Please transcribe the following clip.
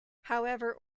however